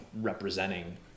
representing